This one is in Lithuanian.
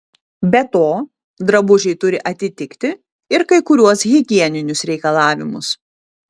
be to drabužiai turi atitikti ir kai kuriuos higieninius reikalavimus